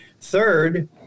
Third